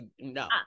no